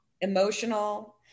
emotional